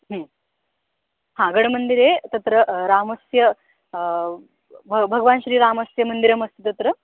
हा गडमन्दिरे तत्र रामस्य भ भगवान् श्रीरामस्य मन्दिरमस्ति तत्र